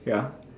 ya